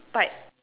bike